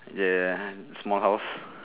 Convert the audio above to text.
ya and small house